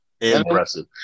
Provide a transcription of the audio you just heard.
Impressive